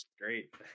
great